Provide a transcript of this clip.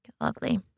Lovely